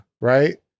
Right